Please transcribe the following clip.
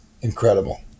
Incredible